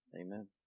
Amen